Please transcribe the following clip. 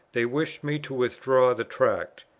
they wished me to withdraw the tract.